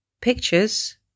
pictures